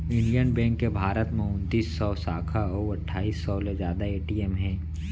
Indian bank के भारत म उनतीस सव साखा अउ अट्ठाईस सव ले जादा ए.टी.एम हे